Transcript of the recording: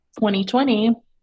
2020